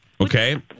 Okay